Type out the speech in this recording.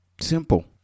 Simple